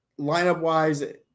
lineup-wise